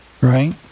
right